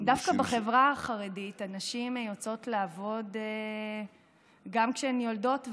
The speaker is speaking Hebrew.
דווקא בחברה החרדית הנשים יוצאות לעבוד גם כשהן יולדות,